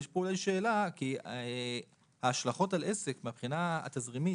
יש כאן שאלה כי יש השלכות על עסק מהבחינה התזרימית.